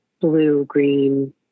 blue-green